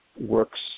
works